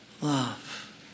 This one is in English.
love